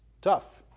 tough